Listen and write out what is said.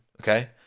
Okay